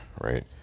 right